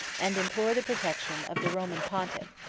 and implore the protection, of the roman pontiff,